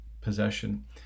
possession